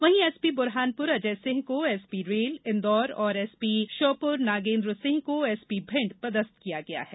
वहीं एसपी बुरहानपुर अजय सिंह को SP rail Indore और एसपी श्योपुर नागेंद्र सिंह को एसपी भिंड पदस्थ किया गया है